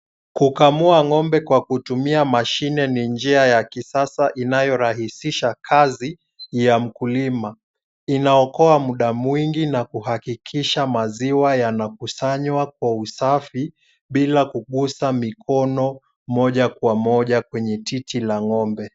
Kukamua ngombe kwa kutumia mashine ni njia ya kisasa inayorahisisha kazi ya mkulima. Inaokoa muda mwingi na kuhakikisha maziwa yanakusanywa kwa usafi bila kugusa mikono moja kwa moja kwenye titi la ng'ombe.